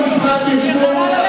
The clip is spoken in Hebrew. אמרת משרד פרסום,